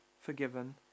forgiven